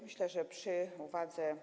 Myślę, że przy uwadze.